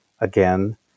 again